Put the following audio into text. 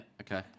Okay